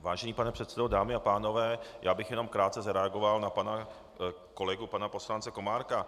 Vážený pane předsedo, dámy a pánové, já bych jenom krátce zareagoval na pana kolegu poslance Komárka.